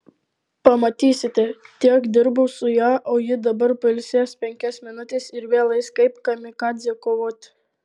pamatysite tiek dirbau su ja o ji dabar pailsės penkias minutes ir vėl eis kaip kamikadzė kovoti